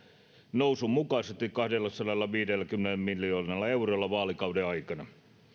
nousun mukaisesti kahdellasadallaviidelläkymmenellä miljoonalla eurolla vaalikauden aikana